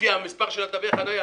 לפי מספר תווי החניה,